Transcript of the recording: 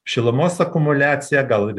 šilumos akumuliacija gal